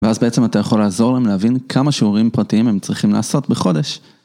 ואז בעצם אתה יכול לעזור להם להבין כמה שיעורים פרטיים הם צריכים לעשות בחודש.